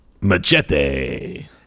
Machete